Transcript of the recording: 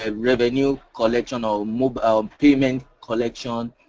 ah revenue collection or mobile payment collection